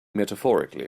metaphorically